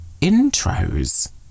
intros